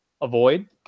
avoid